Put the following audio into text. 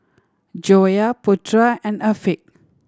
Joyah Putra and Afiq